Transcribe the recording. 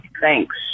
Thanks